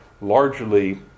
largely